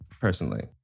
personally